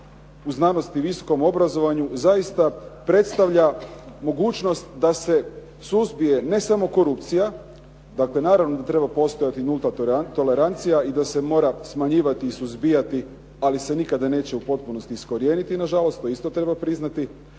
u znanosti i visokom obrazovanju zaista predstavlja mogućnost da se suzbije ne samo korupcija, dakle, naravno da treba postojati nulta tolerancija i da se mora smanjivati i suzbijati ali se nikada neće u potpunosti iskorijeniti, nažalost, to isto treba priznati.